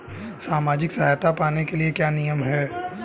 सामाजिक सहायता पाने के लिए क्या नियम हैं?